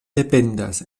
dependas